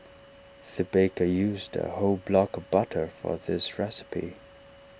the baker used A whole block of butter for this recipe